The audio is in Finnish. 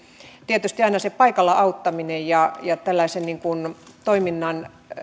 tietysti aina se paikalla auttaminen ja tällaisen toiminnan